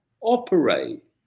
operate